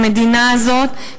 במדינה הזאת,